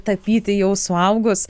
tapyti jau suaugus